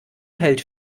hält